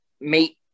meet